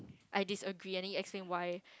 I disagree any explain why